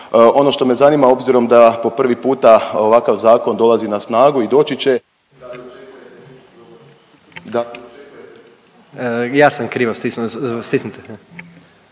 Ono što me zanima obzirom da po prvi puta ovakav zakon dolazi na snagu i doći će … …/Govornik nije